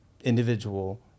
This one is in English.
individual